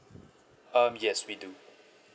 um yes we do